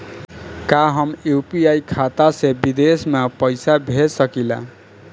का हम यू.पी.आई खाता से विदेश म पईसा भेज सकिला?